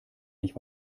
nicht